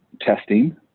testing